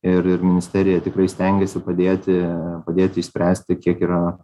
ir ir ministerija tikrai stengiasi padėti padėti išspręsti kiek yra